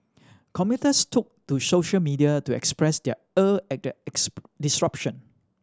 commuters took to social media to express their ire at the disruption